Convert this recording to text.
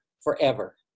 forever